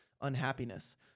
unhappiness